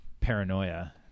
paranoia